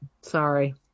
Sorry